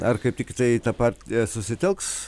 ar kaip tik tai ta partija susitelks